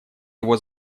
его